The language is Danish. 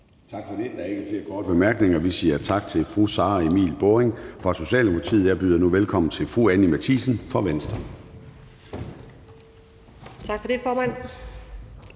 Tak for det. Der er ikke flere korte bemærkninger. Vi siger tak til fru Sara Emil Baaring fra Socialdemokratiet. Jeg byder nu velkommen til fru Anni Matthiesen fra Venstre. Kl. 13:08 (Ordfører)